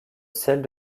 celle